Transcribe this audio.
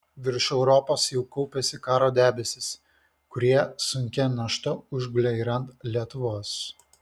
virš europos jau kaupėsi karo debesys kurie sunkia našta užgulė ir ant lietuvos